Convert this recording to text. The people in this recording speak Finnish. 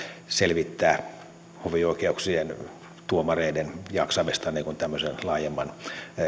selvittää hovioikeuksien tuomareiden jaksamista tämmöisen laajemman